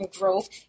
growth